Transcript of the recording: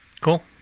Cool